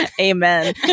Amen